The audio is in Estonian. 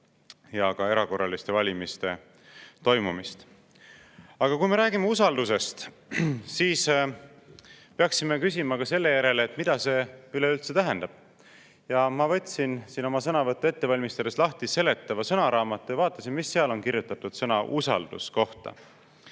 ja ka erakorraliste valimiste toimumist. Aga kui me räägime usaldusest, siis peaksime ka küsima, mida see üleüldse tähendab. Ma võtsin siin oma sõnavõttu ette valmistades lahti seletava sõnaraamatu ja vaatasin, mis seal on kirjutatud sõna "usaldus" kohta.